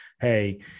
hey